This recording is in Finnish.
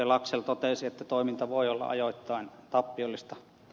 laxell totesi että toiminta voi olla ajoittain tappiollista